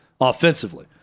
offensively